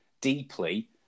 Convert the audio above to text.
deeply